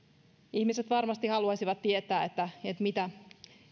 ihmiset varmasti haluaisivat tietää